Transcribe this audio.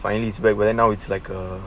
finally it's back but then now it's like a